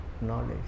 knowledge